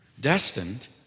Destined